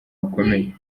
bukomeye